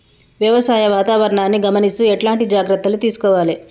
వ్యవసాయ వాతావరణాన్ని గమనిస్తూ ఎట్లాంటి జాగ్రత్తలు తీసుకోవాలే?